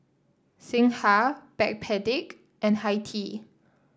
Singha Backpedic and Hi Tea